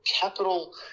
capital